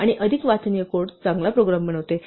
आणि अधिक वाचनीय कोड चांगला प्रोग्राम बनवतो